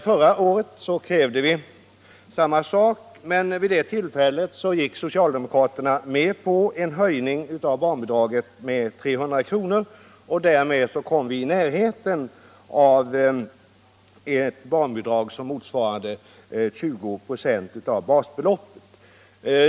Förra året krävde centern samma sak, men vid det tillfället gick socialdemokraterna med på en höjning av barnbidraget med 300 kr. Barnbidraget kom därmed i närheten av 20 96 av basbeloppet för folkpensionen.